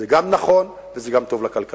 זה גם נכון וזה גם טוב לכלכלה.